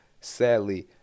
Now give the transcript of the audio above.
Sadly